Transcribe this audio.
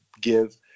give